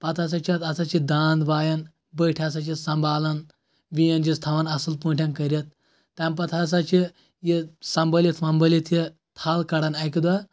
پَتہٕ ہسا چھِ اَتھ ہسا چھِ دانٛد وایان بٔٹھۍ ہسا چھِ سَمبالان وین چھِس تھاوان اَصٕل پٲٹھٮ۪ن کٔرِتھ تَمہِ پَتہٕ ہسا چھِ یہِ سمبٲلِتھ ومبٲلِتھ یہِ تھل کَڑان اَکہِ دۄہ